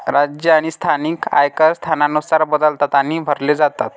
राज्य आणि स्थानिक आयकर स्थानानुसार बदलतात आणि भरले जातात